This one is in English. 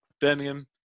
Birmingham